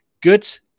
good